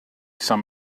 some